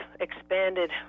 expanded